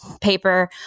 paper